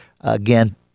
again